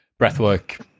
Breathwork